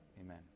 Amen